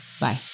bye